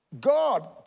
God